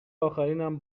آخرینم